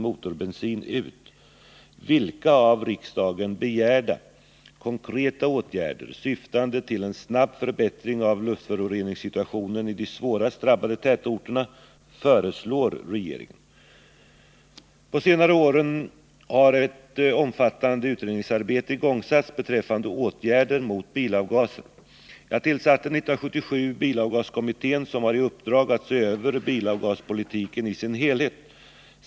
På senare år har ett omfattande utredningsarbete igångsatts beträffande åtgärder mot bilavgaser. Jag tillsatte 1977 bilavgaskommittén, som har i uppdrag att se över bilavgaspolitiken i dess helhet.